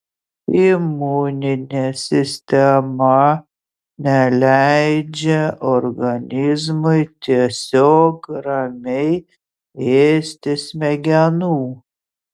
imuninė sistema neleidžia organizmui tiesiog ramiai ėsti smegenų